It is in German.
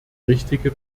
richtige